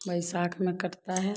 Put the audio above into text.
बैसाख में कटता है